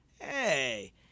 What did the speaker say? Hey